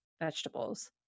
vegetables